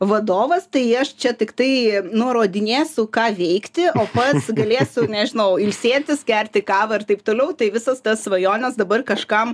vadovas tai aš čia tiktai nurodinėsiu ką veikti o pats galėsiu nežinau ilsėtis gerti kavą ir taip toliau tai visas tas svajones dabar kažkam